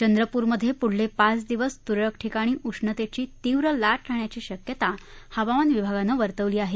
चंद्रपूरमधे पुढले पाच दिवस तुरळक ठिकाणी उष्णतेची तीव्र लाट राहण्याची शक्यता हवामान विभागानं वर्तवली आहे